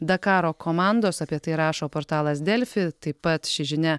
dakaro komandos apie tai rašo portalas delfi taip pat ši žinia